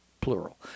plural